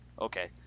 okay